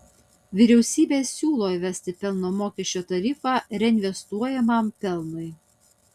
vyriausybei siūlo įvesti pelno mokesčio tarifą reinvestuojamam pelnui